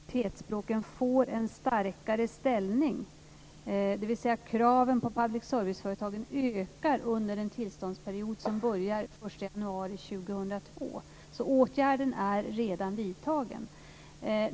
Fru talman! Åtgärden är redan vidtagen, i och med att regeringen tagit del av Public serviceberedningens förslag, beslutat om dem och överlämnat dem till riksdagen som i sin tur har fattat beslut om dem som innebär att de nationella minoritetsspråken får en starkare ställning. Kraven på public service-företagen ökar alltså under den tillståndsperiod som börjar den 1 januari 2002, så åtgärden är redan vidtagen.